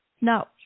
no